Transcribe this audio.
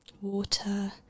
water